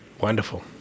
Wonderful